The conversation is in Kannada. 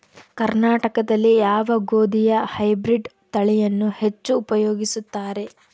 ಕರ್ನಾಟಕದಲ್ಲಿ ಯಾವ ಗೋಧಿಯ ಹೈಬ್ರಿಡ್ ತಳಿಯನ್ನು ಹೆಚ್ಚು ಉಪಯೋಗಿಸುತ್ತಾರೆ?